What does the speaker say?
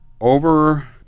Over